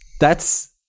That's-